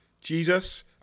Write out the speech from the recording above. Jesus